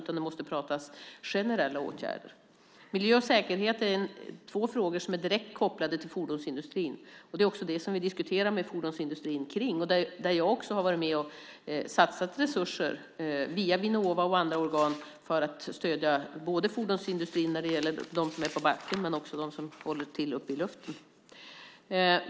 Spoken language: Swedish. Det måste också pratas om generella åtgärder. Miljön och säkerheten är två frågor som är direkt kopplade till fordonsindustrin. Det är också kring det som vi diskuterar med fordonsindustrin. Jag har också varit med och satsat resurser via Vinnova och andra organ för att stödja fordonsindustrin. Det gäller då både dem som finns på backen och dem som håller till uppe i luften.